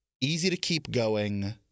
easy-to-keep-going